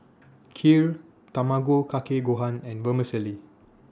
Kheer Tamago Kake Gohan and Vermicelli